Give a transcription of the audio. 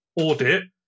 audit